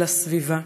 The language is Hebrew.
ולסביבה.